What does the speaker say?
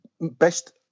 best